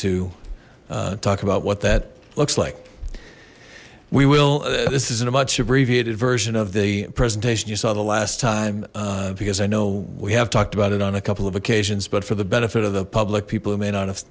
to talk about what that looks like we will this is a much abbreviated version of the presentation you saw the last time because i know we have talked about it on a couple of occasions but for the benefit of the public people who may not have